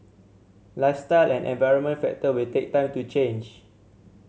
lifestyle and environmental factor will take time to change